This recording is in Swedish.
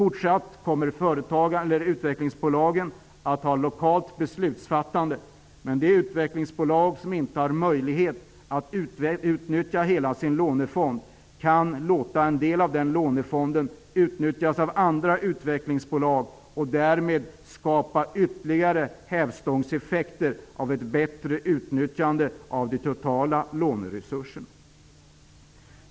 Utvecklingsbolagen kommer i fortsättningen att ha ett lokalt beslutsfattande, men det utvecklingsbolag som inte har möjlighet att utnyttja hela sin lånefond kan låta en del av den utnyttjas av andra utvecklingsbolag och därmed skapa ytterligare hävstångseffekter genom ett bättre utnyttjande av de totala låneresurserna.